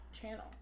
channel